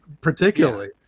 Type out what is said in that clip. particularly